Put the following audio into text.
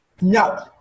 No